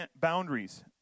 boundaries